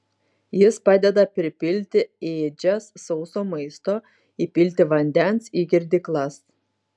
jis padeda pripilti ėdžias sauso maisto įpilti vandens į girdyklas